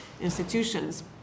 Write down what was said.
institutions